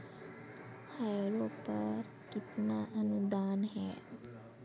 Harrow पर कितना अनुदान है?